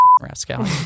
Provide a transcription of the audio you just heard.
rascal